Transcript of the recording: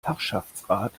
fachschaftsrat